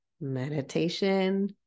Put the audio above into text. meditation